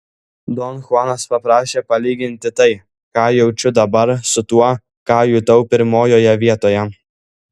don chuanas paprašė palyginti tai ką jaučiu dabar su tuo ką jutau pirmojoje vietoje